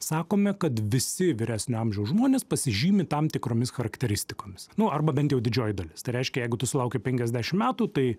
sakome kad visi vyresnio amžiaus žmonės pasižymi tam tikromis charakteristikomis nu arba bent jau didžioji dalis tai reiškia jeigu tu sulauki penkiasdešim metų tai